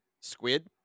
squid